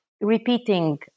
repeating